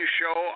show